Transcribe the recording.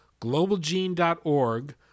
globalgene.org